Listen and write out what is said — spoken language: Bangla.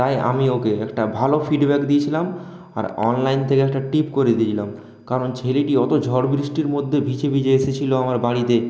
তাই আমি ওকে একটা ভালো ফিডব্যাক দিয়েছিলাম আর অনলাইন থেকে একটা টিপ করে দিয়েছিলাম কারণ ছেলেটি অত ঝড় বৃষ্টির মধ্যে ভিজে ভিজে এসেছিলো আমার বাড়িতে